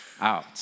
out